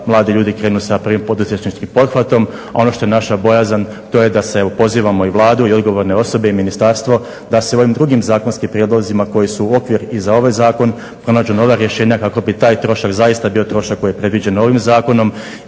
mladi ljudi krenu sa prvim poduzetničkim pothvatom, a ono što je naša bojazan to je da se, evo pozivamo i Vladu i odgovorne osobe i ministarstvo, da se ovim drugim zakonskim prijedlozima koji su okvir i za ovaj zakon pronađu nova rješenja kako bi taj trošak zaista bio trošak koji je predviđen ovim zakonom